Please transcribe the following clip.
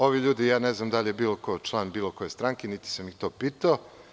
Ovi ljudi, ne znam da li je bilo ko član bilo koje stranke, niti sam ih to pitao.